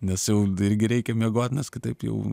nes jau irgi reikia miegot nes kitaip jau